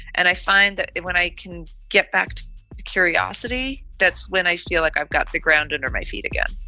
and i find that when i can get back to curiosity, that's when i feel like i've got the ground under my feet again